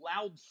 loud